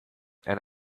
and